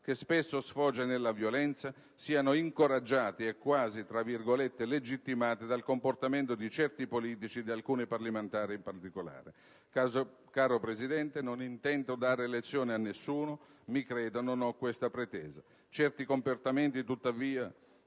che spesso sfocia nella violenza, siano incoraggiati e quasi legittimati dal comportamento di certi politici e di alcuni parlamentari in particolare. Signora Presidente, non intendo dare lezioni a nessuno; mi creda, non ho questa pretesa. Certi comportamenti, tuttavia,